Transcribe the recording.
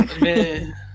Man